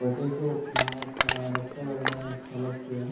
potato नाम ट रक्तवर्ण फलस्य